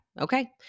okay